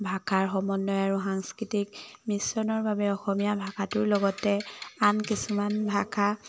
ভাষাৰ সমন্বয় আৰু সাংস্কৃতিক মিশ্ৰণৰ বাবে অসমীয়া ভাষাটোৰ লগতে আন কিছুমান ভাষা